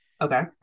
Okay